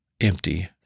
empty